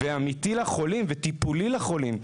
אמיתי וטיפולי לחולים,